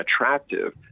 attractive